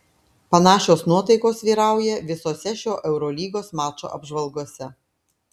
panašios nuotaikos vyrauja visose šio eurolygos mačo apžvalgose